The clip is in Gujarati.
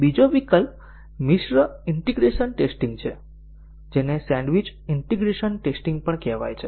બીજો વિકલ્પ મિશ્ર ઈન્ટીગ્રેશન ટેસ્ટીંગ છે જેને સેન્ડવિચડ ઈન્ટીગ્રેશન ટેસ્ટીંગ પણ કહેવાય છે